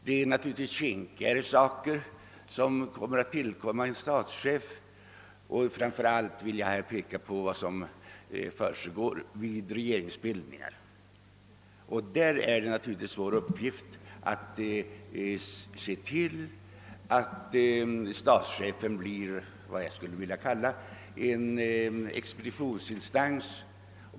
Det finns naturligtvis viktigare uppgifter som åligger en statschef — framför allt vill jag här peka på vad som försiggår vid regeringsbildning. Där är det naturligtvis vår uppgift att se till att statschefen blir vad jag skulle vilja kalla en expeditionsinstans.